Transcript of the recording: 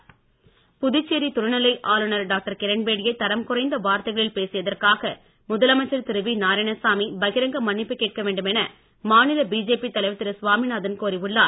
சாமிநாதன் புதுச்சேரி துணை நிலை ஆளுநர் டாக்டர் கிரண்பேடியை தரம் குறைந்த வார்த்தைகளில் பேசியதற்காக முதலமைச்சர் திரு வி நாராயணசாமி பகிரங்க மன்னிப்பு கேட்க வேண்டுமென மாநில பிஜேபி தலைவர் திரு சாமிநாதன் கோரி உள்ளார்